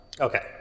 Okay